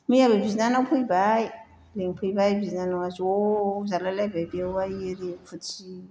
मैयाबो बिनानाव फैबाय लिंफैबाय बिनानावा ज' जालायलायबाय बेवाय आरि फुरथिनो